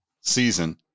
season